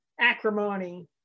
acrimony